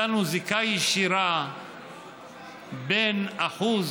זיקה ישירה בין אחוז